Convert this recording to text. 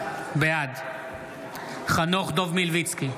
בעד חנוך דב מלביצקי,